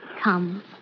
Come